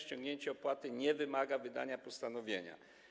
Ściągnięcie opłaty nie wymaga wydania postanowienia.